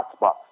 hotspots